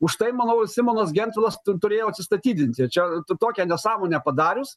už tai manau simonas gentvilas turėjo atsistatydinti tai čia tokią nesąmonę padarius